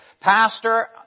Pastor